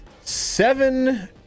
seven